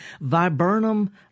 Viburnum